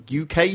UK